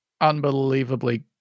unbelievably